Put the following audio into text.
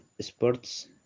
sports